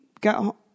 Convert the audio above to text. got